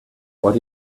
what